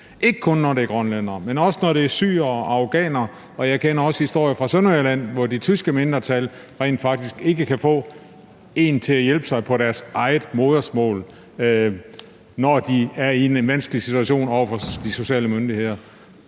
ikke kun når det gælder grønlændere, men også når det gælder syrere og afghanere. Og jeg kender også historier fra Sønderjylland, hvor det tyske mindretal rent faktisk ikke kan få en til at hjælpe sig på deres eget modersmål, når de er i en vanskelig situation over for de sociale myndigheder.